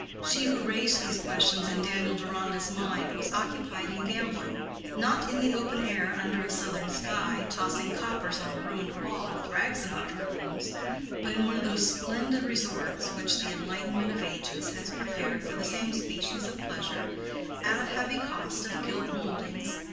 she who raised these questions in daniel deronda's mind was occupied in gambling not in the open air under a southern sky, tossing coppers on a ruined wall, with rags about her limbs but in one of those splendid resorts which the enlightenment of ages has prepared for the same species of pleasure at a heavy cost of gilt mouldings,